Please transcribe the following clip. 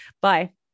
Bye